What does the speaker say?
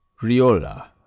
Riola